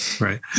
right